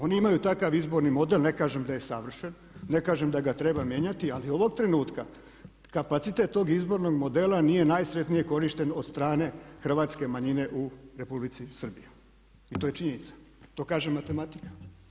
Oni imaju takav izborni model, ne kažem da je savršen, ne kažem da ga treba mijenjati ali ovog trenutka kapacitete tog izbornog modela nije najsretnije korišten od strane hrvatske manjine u Republici Srbiji i to je činjenica, to kaže matematika.